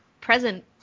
present